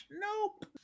Nope